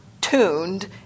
tuned